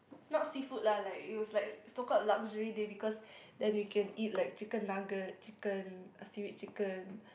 not seafood lah like it was like so called luxury day because then we can eat like chicken nugget uh chicken seaweed chicken